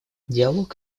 диалог